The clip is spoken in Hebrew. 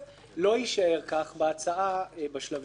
לא יישאר כך בהצעה בשלבים הבאים.